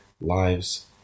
lives